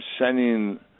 sending